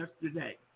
yesterday